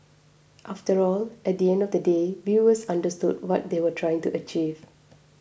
after all at the end of the day viewers understood what they were trying to achieve